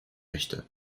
möchte